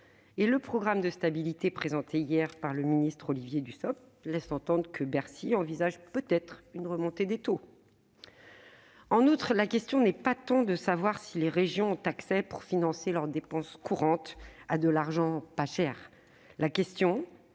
%. Le programme de stabilité, présenté hier par le ministre Olivier Dussopt, laisse entendre que Bercy envisage peut-être une remontée des taux. En outre, la question n'est pas tant de savoir si les régions ont accès, pour financer leurs dépenses courantes, à de l'argent pas cher que